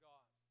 God